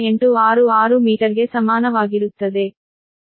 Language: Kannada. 0866 ಮೀಟರ್ಗೆ ಸಮಾನವಾಗಿರುತ್ತದೆ